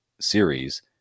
series